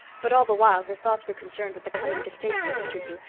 but all the while her thoughts were concerned with the coming distasteful interview,